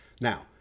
Now